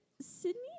Sydney